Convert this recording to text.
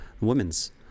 women's